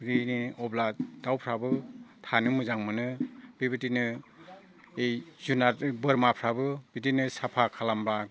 बिदिनो अब्ला दाउफ्राबो थानो मोजां मोनो बेबायदिनो ओइ जुनार बोरमाफ्राबो बिदिनो साफा खालामब्ला